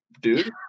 dude